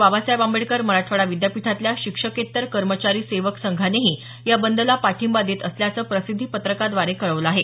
बाबासाहेब आंबेडकर मराठवाडा विद्यापीठातल्या शिक्षकेतर कर्मचारी सेवक संघानेही या बंदला पाठिंबा देत असल्याचं प्रसिद्धीपत्रकाद्वारे कळवलं आहे